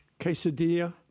Quesadilla